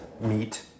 meat